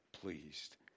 pleased